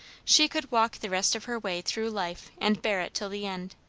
she could walk the rest of her way through life and bear it till the end.